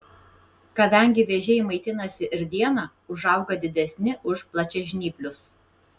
kadangi vėžiai maitinasi ir dieną užauga didesni už plačiažnyplius